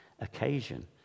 occasion